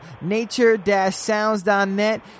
nature-sounds.net